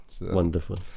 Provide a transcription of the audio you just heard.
Wonderful